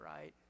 right